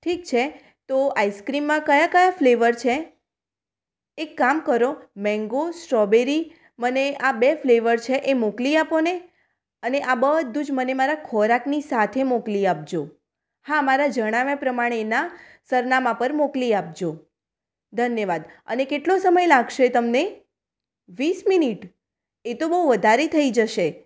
ઠીક છે તો આઈસ્ક્રીમમાં કયા કયા ફ્લેવર છે એક કામ કરો મેંગો સ્ટ્રોબેરી મને આ બે ફ્લેવર છે એ મોકલી આપોને અને આ બધું જ મને મારા ખોરાકની સાથે મોકલી આપજો હા મારા જણાવ્યા પ્રમાણેના સરનામા પર મોકલી આપજો ધન્યવાદ અને કેટલો સમય લાગશે તમને વીસ મિનિટ એ તો બહુ વધારે થઈ જશે